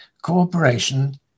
cooperation